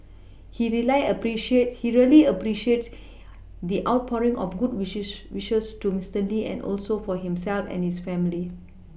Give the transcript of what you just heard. he rely appreciate he really appreciates the outpouring of good wish she wishes to Mister Lee and also for himself and his family